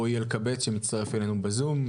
רועי אלקבץ שמצטרף אלינו בזום.